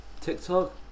TikTok